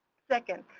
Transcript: second,